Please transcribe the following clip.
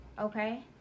okay